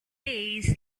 days